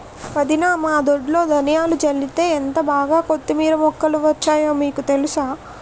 వదినా మా దొడ్లో ధనియాలు జల్లితే ఎంటబాగా కొత్తిమీర మొక్కలు వచ్చాయో మీకు తెలుసా?